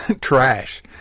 trash